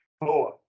Boa